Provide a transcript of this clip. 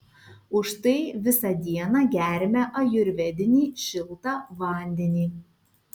už tai visą dieną geriame ajurvedinį šiltą vandenį